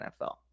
nfl